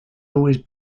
always